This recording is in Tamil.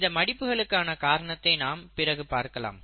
இந்த மடிப்புகளுக்கான காரணத்தை நாம் பிறகு பார்க்கலாம்